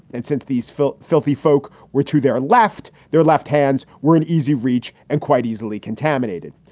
and since these filth filthy folk were to their left, their left hands were an easy reach and quite easily contaminated.